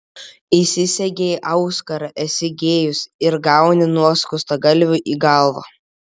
įsisegei auskarą esi gėjus ir gauni nuo skustagalvių į galvą